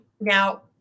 now